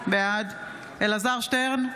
בעד אלעזר שטרן,